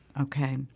Okay